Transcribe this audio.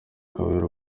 kabera